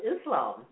Islam